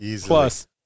Plus